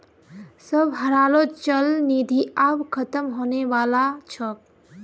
सबहारो चल निधि आब ख़तम होने बला छोक